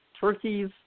Turkey's